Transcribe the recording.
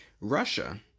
Russia